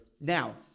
Now